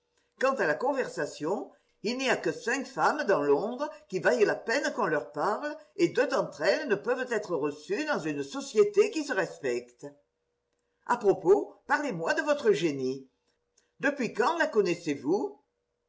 quant à la conversation il n'y a que cinq femmes dans londres qui vaillent la peine qu'on leur parle et deux d'entre elles ne peuvent être reçues dans une société qui se respecte a propos parlez-moi de votre génie depuis quand la connaissez